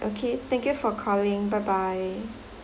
okay thank you for calling bye bye